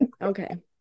Okay